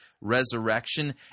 resurrection